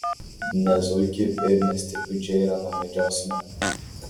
ne zuikį ir ne stepių džeiraną medžiosime